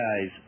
guys